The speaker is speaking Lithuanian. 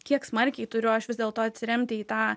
kiek smarkiai turiu aš vis dėlto atsiremti į tą